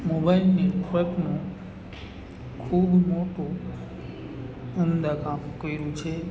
mobile નેટવર્કનું ખૂબ મોટું ઉમદા કામ કર્યું છે